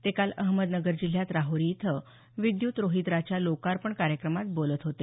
ते काल अहमदनगर जिल्ह्यात राहरी इथं विद्यत रोहित्राच्या लोकार्पण कार्यक्रमात बोलत होते